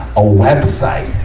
a web site,